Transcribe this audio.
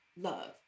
love